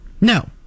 No